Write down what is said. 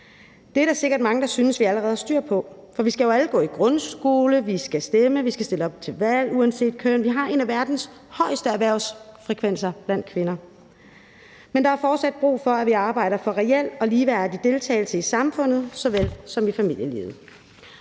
Det er der sikkert mange der synes at vi allerede har styr på, for vi skal jo alle gå i grundskole, vi skal stemme, vi skal stille op til valg uanset køn, og vi har en af verdens højeste erhvervsfrekvenser blandt kvinder. Men der er fortsat brug for, at vi arbejder for reel og ligeværdig deltagelse i samfundet såvel som i familielivet,